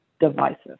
divisive